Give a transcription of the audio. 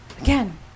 again